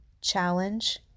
challenge